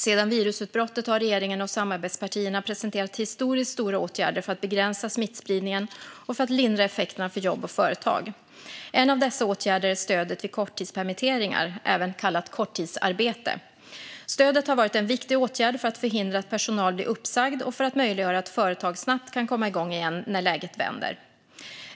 Sedan virusutbrottet har regeringen och samarbetspartierna presenterat historiskt stora åtgärder för att begränsa smittspridningen och för att lindra effekterna för jobb och företag. En av dessa åtgärder är stödet vid korttidspermitteringar, även kallat korttidsarbete. Stödet har varit en viktig åtgärd för att förhindra att personal blir uppsagd och för att möjliggöra att företag snabbt kan komma igång igen när läget vänder.